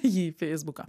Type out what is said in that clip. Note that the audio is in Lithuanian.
jį į feisbuką